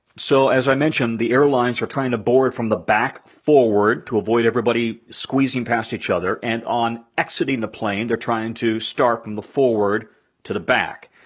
so as i mentioned, the airlines are trying to board from the back forward to avoid everybody squeezing past each other. and on exiting the plane, they're trying to start from the forward to the back.